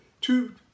two